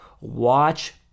watch